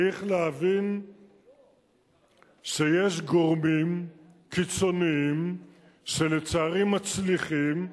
צריך להבין שיש גורמים קיצוניים שלצערי מצליחים,